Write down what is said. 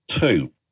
two